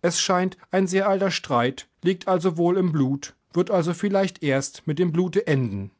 es scheint ein sehr alter streit liegt also wohl im blut wird also vielleicht erst mit dem blute enden